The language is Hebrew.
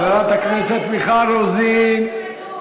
חברת הכנסת מיכל רוזין.